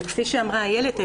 וכפי שאמרה אילת ששון,